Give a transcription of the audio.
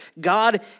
God